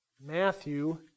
Matthew